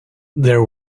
there